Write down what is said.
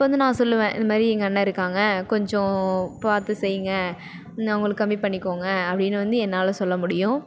இப்போ வந்து நான் சொல்லுவேன் எங்கள் அண்ணா இருக்காங்க கொஞ்சம் பார்த்து செய்யுங்க அவங்களுக்கு கம்மிப்பண்ணிகோங்க அப்படின்னு வந்து என்னால் சொல்லமுடியும்